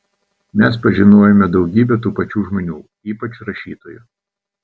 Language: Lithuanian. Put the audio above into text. mes pažinojome daugybę tų pačių žmonių ypač rašytojų